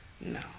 No